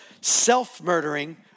self-murdering